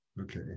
Okay